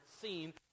seen